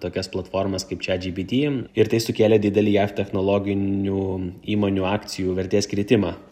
tokias platformas kaip čiat džypyty ir tai sukėlė didelį jav technologinių įmonių akcijų vertės kritimą